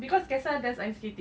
cause kaysa does ice skating